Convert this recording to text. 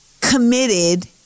committed